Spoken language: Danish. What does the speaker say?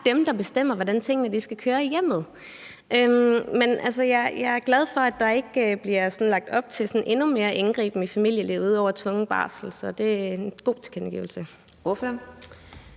oftest er dem, der bestemmer, hvordan tingene skal køre i hjemmet. Men jeg er glad for, at der ikke bliver lagt op til sådan endnu mere indgriben i familielivet ud over tvungen barsel. Så det er en god tilkendegivelse.